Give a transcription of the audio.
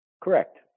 Correct